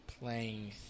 playing